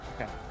Okay